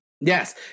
yes